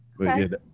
Okay